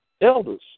elders